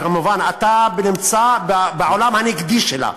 כמובן, אתה נמצא בעולם הנגדי שלה,